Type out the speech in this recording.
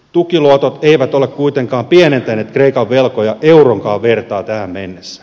tukiluotot eivät ole kuitenkaan pienentäneet kreikan velkoja euronkaan vertaa tähän mennessä